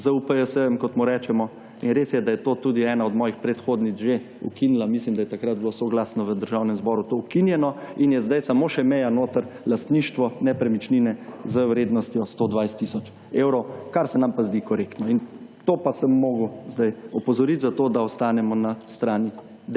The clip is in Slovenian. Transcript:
ZUPJS-jem, kot mu rečemo in res je, da je to tudi ena od mojih predhodnic že ukinila, mislim da je takrat bilo soglasno v Državnem zboru to ukinjeno in je zdaj samo še meja notri lastništvo nepremičnine z vrednostjo 120 tisoč evrov, kar se nam pa zdi korektno. In to pa sem mogel zdaj opozoriti, zato da ostanemo na strani